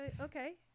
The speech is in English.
okay